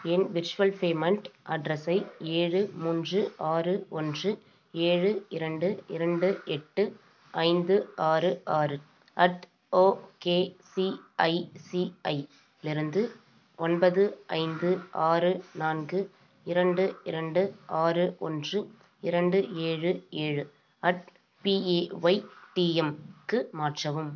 என் virtual payment அட்ரஸை ஏழு மூன்று ஆறு ஒன்று ஏழு இரண்டு இரண்டு எட்டு ஐந்து ஆறு ஆறு அட் ஓகேசிஐசிஐ லிருந்து ஒன்பது ஐந்து ஆறு நான்கு இரண்டு இரண்டு ஆறு ஒன்று இரண்டு ஏழு ஏழு அட் பிஏஒய்டிஎம்க்கு மாற்றவும்